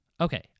Okay